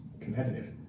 competitive